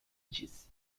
disse